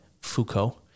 Foucault